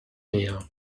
näher